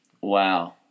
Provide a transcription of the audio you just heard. Wow